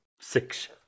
Six